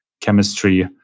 chemistry